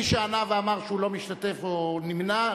מי שענה ואמר שהוא לא משתתף או נמנע,